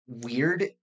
weird